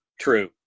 True